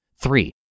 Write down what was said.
Three